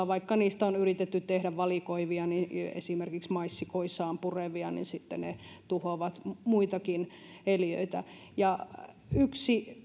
vaikka niistä on yritetty tehdä valikoivia esimerkiksi maissikoisaan purevia niin sitten ne tuhoavat muitakin eliöitä yksi